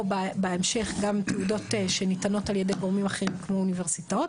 או בהמשך גם תעודות שניתנות ע"י גורמים אחרים כמו באוניברסיטאות.